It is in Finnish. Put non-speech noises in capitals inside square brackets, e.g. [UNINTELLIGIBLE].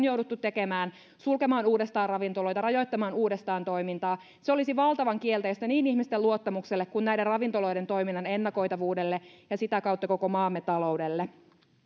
[UNINTELLIGIBLE] jouduttu tekemään sulkemaan uudestaan ravintoloita rajoittamaan uudestaan toimintaa se olisi valtavan kielteistä niin ihmisten luottamukselle kuin ravintoloiden toiminnan ennakoitavuudelle ja sitä kautta koko maamme taloudelle